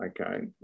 okay